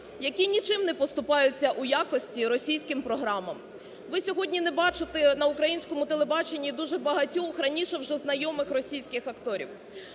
які нічим не поступаються у якості російським програмам. Ви сьогодні не бачите на українському телебаченні дуже багатьох раніше вже знайомих російських акторів.